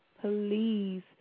please